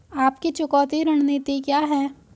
आपकी चुकौती रणनीति क्या है?